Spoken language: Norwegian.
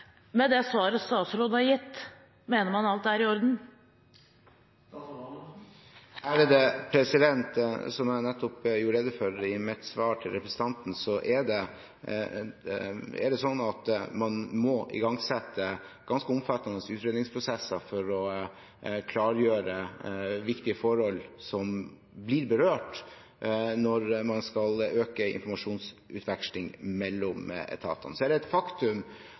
Med det svaret statsråden har gitt, mener man at alt er i orden? Som jeg nettopp gjorde rede for i mitt svar til representanten, er det sånn at man må igangsette ganske omfattende utredningsprosesser for å klargjøre viktige forhold som blir berørt når man skal øke informasjonsutveksling mellom etatene. Så er det et faktum